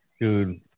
Dude